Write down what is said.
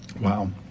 Wow